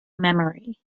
memory